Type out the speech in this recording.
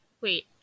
wait